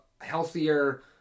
healthier